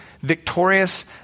victorious